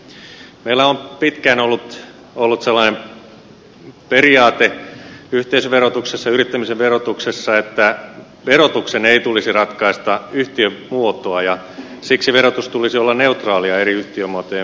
meillä on pitkään ollut sellainen periaate yhteisöverotuksessa yrittämisen verotuksessa että verotuksen ei tulisi ratkaista yhtiömuotoa ja siksi verotuksen tulisi olla neutraalia eri yhtiömuotojen välillä